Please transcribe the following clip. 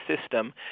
system